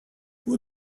who